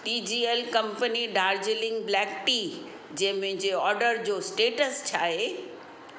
T G L company Darjeeling black tea जे मुंहिंजे order जो स्टेटस छा आहे